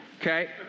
Okay